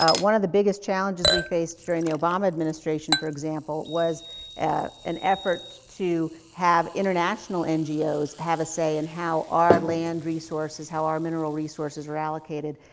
ah one of the biggest challenges we faced during the obama administration, for example, was and an effort to have international n g o s have a say in how our land resources, how our mineral resources are allocated.